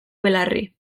belarri